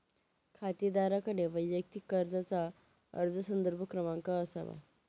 खातेदाराकडे वैयक्तिक कर्जाचा अर्ज संदर्भ क्रमांक असावा